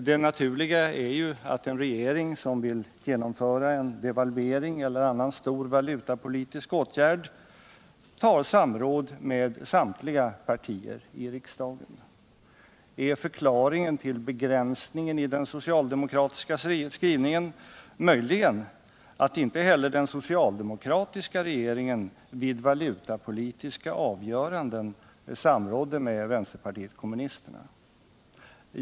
Det naturliga är ju att en regering som vill genomföra en devalvering eller annan stor valutapolitisk åtgärd tar samråd med samtliga partier i riksdagen. Är förklaringen till begränsningen i den socialdemokratiska skrivningen möjligen att inte heller den socialdemokratiska regeringen vid valutapolitiska avgöranden samrådde med vänsterpartiet kommunisterna?